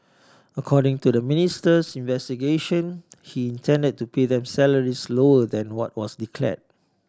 according to the ministry's investigation he intended to pay them salaries lower than what was declared